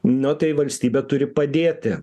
nu tai valstybė turi padėti